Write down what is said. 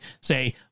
say